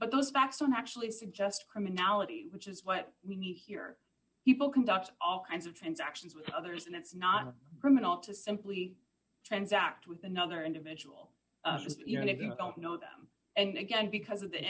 but those facts were actually suggest criminality which is what we need here people conduct all kinds of transactions with others and it's not criminal to simply transact with another individual just you know if you don't know them and again because of the